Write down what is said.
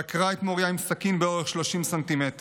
דקרה את מוריה עם סכין באורך של 30 ס"מ.